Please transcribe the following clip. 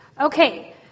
Okay